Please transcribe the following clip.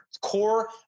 core